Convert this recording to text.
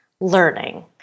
learning